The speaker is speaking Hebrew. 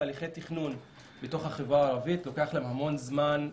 תהליכי תכנון בתוך החברה הערבית לוקח להם המון זמן,